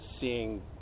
seeing